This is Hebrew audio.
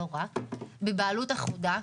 בבעלות אחודה,